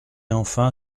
enfin